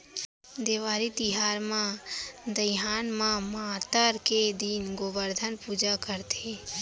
देवारी तिहार म दइहान म मातर के दिन गोबरधन पूजा करथे